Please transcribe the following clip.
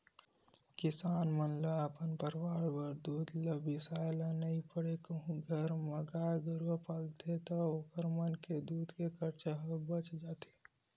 किसान मन ल अपन परवार बर दूद ल बिसाए ल नइ परय कहूं घर म गाय गरु पालथे ता ओखर मन के दूद के खरचा ह बाच जाथे